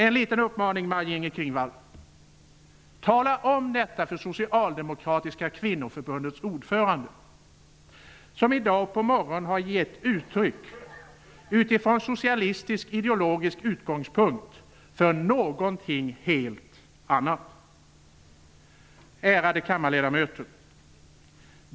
En liten uppmaning, Maj-Inger Klingvall: Tala om detta för Socialdemokratiska kvinnoförbundets ordförande, som i dag på morgonen, utifrån socialistisk ideologisk utgångspunkt, har gett uttryck för någonting helt annat! Ärade kammarledamöter!